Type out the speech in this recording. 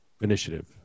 initiative